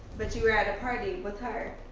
but you were at a party with her.